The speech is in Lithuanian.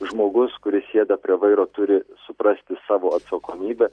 žmogus kuris sėda prie vairo turi suprasti savo atsakomybę